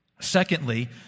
Secondly